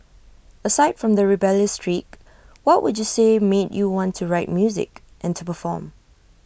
aside from the rebellious streak what would you say made you want to write music and to perform